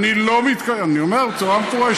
אני לא מתכוון, אני אומר בצורה מפורשת.